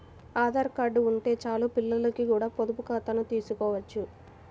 Aadhaar card ఉంటే చాలు పిల్లలకి కూడా పొదుపు ఖాతాను తీసుకోవచ్చు